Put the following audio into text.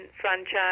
franchise